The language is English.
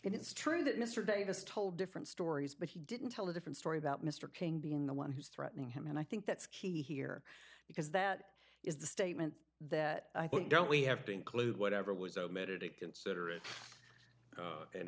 and it's true that mr davis told different stories but he didn't tell a different story about mr king being the one who's threatening him and i think that's key here because that is the statement that i think don't we have to include whatever was omitted to consider